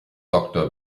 doctor